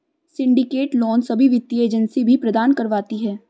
syndicate loan सभी वित्तीय agency भी प्रदान करवाती है